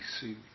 see